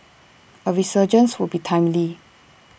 A resurgence would be timely